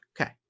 Okay